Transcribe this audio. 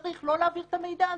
צריך לא להעביר את המידע הזה.